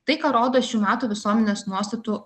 tai ką rodo šių metų visuomenės nuostatų